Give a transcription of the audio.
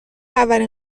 اولین